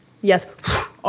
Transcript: Yes